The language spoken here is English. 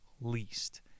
least